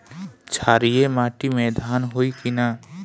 क्षारिय माटी में धान होई की न?